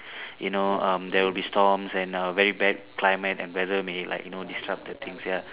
you know um there will be storms and err very bad climate and weather may like you know disrupt the things ya